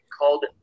called